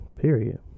period